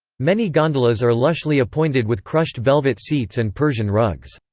many gondolas are lushly appointed with crushed velvet seats and persian rugs.